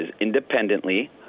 independently